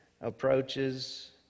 approaches